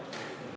Kõik